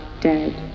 dead